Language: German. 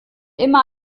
immer